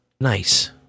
Nice